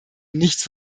nichts